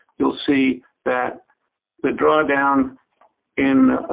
you'll see that the drawdown in